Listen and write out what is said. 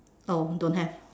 oh don't have